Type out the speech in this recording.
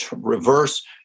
reverse